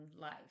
life